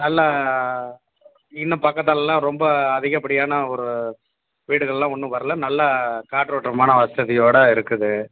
நல்லா இன்னும் பக்கத்தலல்லாம் ரொம்ப அதிகபடியான ஒரு வீடுகள்லாம் ஒன்றும் வரல நல்லா காற்றோட்டமான வசதியோட இருக்குது